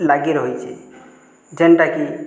ଲାଗିରହିଛି ଯେନ୍ଟା କି